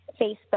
Facebook